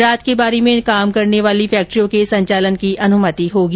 रात की पारी में काम करने वाली फैक्ट्रियों के संचालन की अनुमति होगी